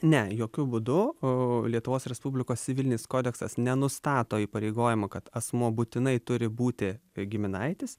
ne jokiu būdu lietuvos respublikos civilinis kodeksas nenustato įpareigojimo kad asmuo būtinai turi būti giminaitis